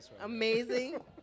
Amazing